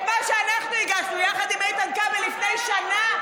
את מה שאנחנו הגשנו יחד עם איתן כבל לפני שנה,